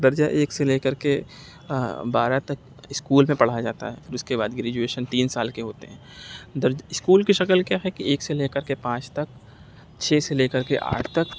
درجہ ایک سے لے کر کے بارہ تک اسکول میں پڑھایا جاتا ہے پھر اس کے بعد گریجویشن تین سال کے ہوتے ہیں درج اسکول کی شکل کیا ہے کہ ایک سے لے کر کے پانچ تک چھ سے لے کر کے آٹھ تک